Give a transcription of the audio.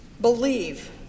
believe